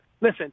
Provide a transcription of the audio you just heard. Listen